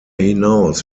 hinaus